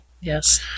yes